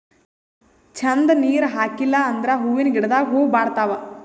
ಛಂದ್ ನೀರ್ ಹಾಕಿಲ್ ಅಂದ್ರ ಹೂವಿನ ಗಿಡದಾಗ್ ಹೂವ ಬಾಡ್ತಾವ್